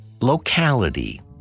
Locality